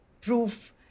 proof